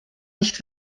nicht